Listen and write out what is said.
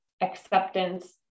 acceptance